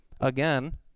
again